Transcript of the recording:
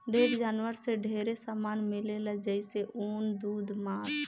ढेर जानवर से ढेरे सामान मिलेला जइसे ऊन, दूध मांस